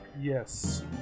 Yes